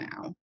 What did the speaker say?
now